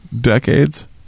decades